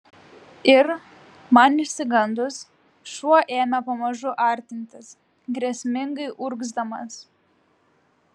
ir man išsigandus šuo ėmė pamažu artintis grėsmingai urgzdamas